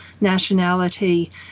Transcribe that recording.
nationality